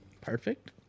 Perfect